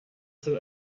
schon